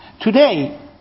today